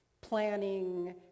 planning